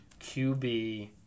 QB